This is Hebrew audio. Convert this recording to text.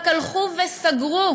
רק הלכו וסגרו